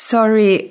Sorry